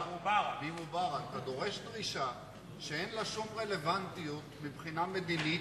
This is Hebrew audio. ממובארק אתה דורש דרישה שאין לה שום רלוונטיות מבחינה מדינית,